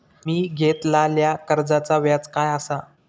मी घेतलाल्या कर्जाचा व्याज काय आसा?